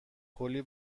کلی